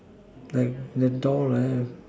like like the door there